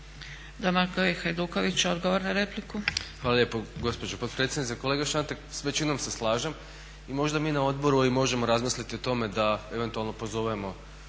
Hvala.